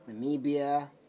Namibia